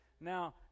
Now